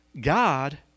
God